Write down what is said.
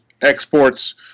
Exports